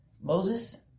Moses